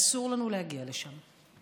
אסור לנו להגיע לשם.